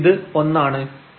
ഇത് ഒന്ന് ആണ്